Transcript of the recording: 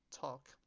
talk